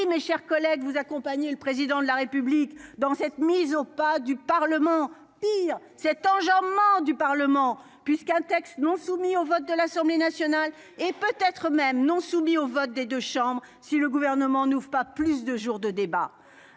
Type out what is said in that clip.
mes chers collègues vous accompagner le président de la République dans cette mise au pas du Parlement, pire, cet engin aux mains du Parlement puisqu'un texte non soumis au vote de l'Assemblée nationale et peut être même non soumis au vote des 2 chambres. Si le gouvernement n'ouvrent pas plus de jours de débat,